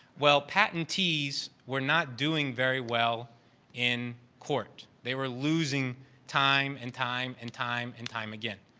well, patentees were not doing very well in court. they were losing time and time and time and time again.